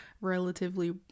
relatively